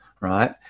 right